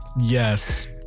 Yes